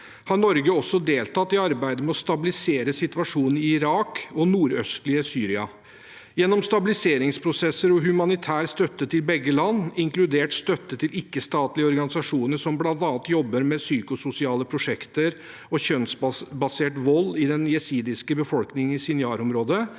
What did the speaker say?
har Norge også deltatt i arbeidet med å stabilisere situasjonen i Irak og nordøstlige Syria. Gjennom stabiliseringsprosesser og humanitær støtte til begge land, inkludert støtte til ikke-statlige organisasjoner som bl.a. jobber med psykososiale prosjekter og kjønnsbasert vold i den jesidiske befolkningen i Sinjarområdet,